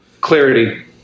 clarity